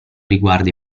riguarda